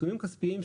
פיצה קפואה,